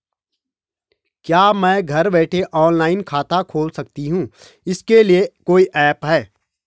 क्या मैं घर बैठे ऑनलाइन खाता खोल सकती हूँ इसके लिए कोई ऐप है?